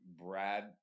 Brad